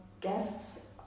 guests